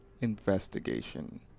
investigation